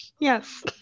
yes